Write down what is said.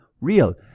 real